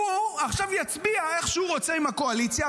הוא עכשיו יצביע איך שהוא רוצה עם הקואליציה,